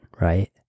right